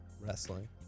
Wrestling